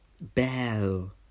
Bell